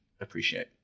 appreciate